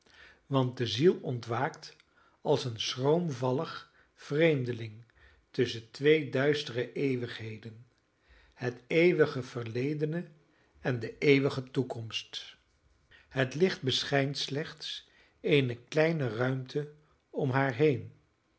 want de ziel ontwaakt als een schroomvallig vreemdeling tusschen twee duistere eeuwigheden het eeuwige verledene en de eeuwige toekomst het licht beschijnt slechts eene kleine ruimte om haar heen